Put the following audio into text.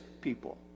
people